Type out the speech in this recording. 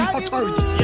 Authority